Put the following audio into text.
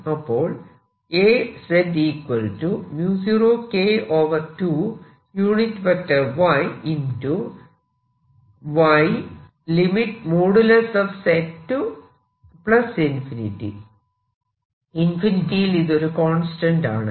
അപ്പോൾ ഇൻഫിനിറ്റിയിൽ ഇത് ഒരു കോൺസ്റ്റന്റ് ആണ്